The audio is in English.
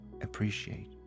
appreciate